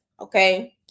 Okay